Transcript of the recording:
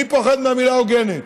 מי פוחד מהמילה "הוגנת"?